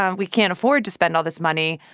um we can't afford to spend all this money.